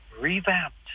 revamped